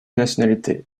nationalité